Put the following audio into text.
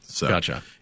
Gotcha